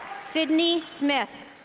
sydney smith